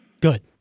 Good